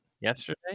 Yesterday